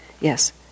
Yes